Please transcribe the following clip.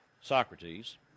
Socrates